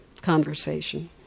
conversation